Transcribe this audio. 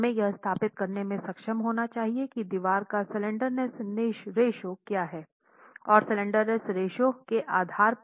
हमें यह स्थापित करने में सक्षम होना चाहिए कि दीवार का स्लैंडरनेस रेश्यो क्या है और स्लैंडरनेस रेश्यो के आधार पर